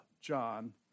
John